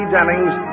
Jennings